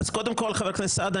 חבר הכנסת סעדה,